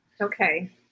Okay